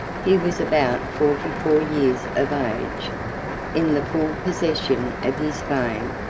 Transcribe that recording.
he was about forty-four years of age in the full possession of his fame,